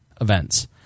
events